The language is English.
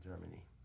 Germany